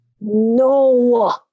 No